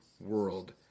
world